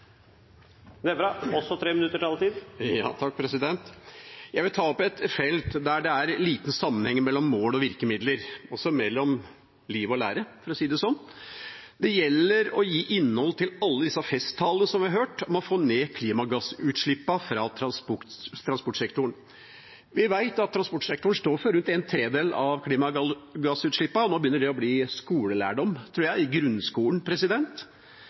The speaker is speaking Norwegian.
Senterpartiet også. Det er bra, for nå er taletiden ute. Jeg vil ta opp et felt der det er lite sammenheng mellom mål og virkemidler, og også mellom liv og lære, for å si det sånn. Det gjelder å gi innhold til alle disse festtalene vi har hørt om å få ned klimagassutslippene fra transportsektoren. Vi vet at transportsektoren står for rundt en tredel av klimagassutslippene. Nå begynner det å bli skolelærdom i grunnskolen, tror jeg.